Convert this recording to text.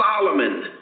Solomon